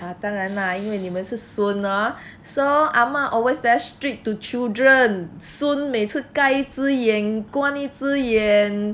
ah 当然 lah 因为你们是孙 hor so ahma always very sweet to children 孙每次盖一只眼关一只眼